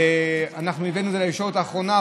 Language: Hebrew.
אנחנו הבאנו את זה לישורת האחרונה,